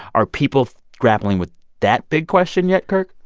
are people grappling with that big question yet, kirk?